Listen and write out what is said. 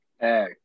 Hey